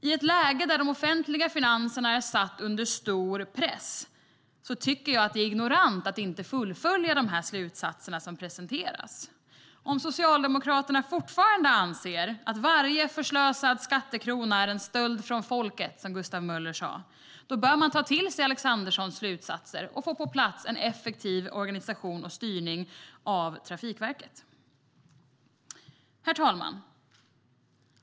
I ett läge där de offentliga finanserna är satta under stor press tycker jag att det är ignorant att inte fullfölja de slutsatser som presenteras. Om Socialdemokraterna fortfarande anser att "varje förslösad skattekrona är en stöld från folket", som Gustav Möller sa, bör man ta till sig Alexanderssons slutsatser och få en effektiv organisation och styrning av Trafikverket på plats. Herr talman!